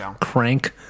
Crank